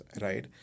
right